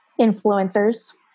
influencers